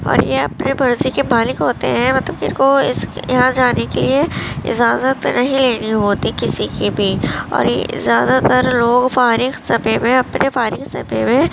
اور یہ اپنے مرضی کے مالک ہوتے ہیں مطلب ان کو اس یہاں جانے کے لیے اجازت نہیں لینی ہوتی کسی کی بھی اور زیادہ تر لوگ فارغ سمعے میں اپنے فارغ سمعے میں